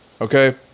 okay